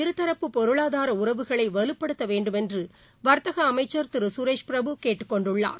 இருதரப்பு பொருளாதார உறவுகளை வலுப்படுத்த வேண்டும் என்று வா்த்தக அமைச்சர் திரு சுரேஷ் பிரபு கேட்டுக் கொண்டுள்ளார்